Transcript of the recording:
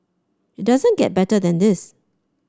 it doesn't get better than this